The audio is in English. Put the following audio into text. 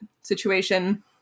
situation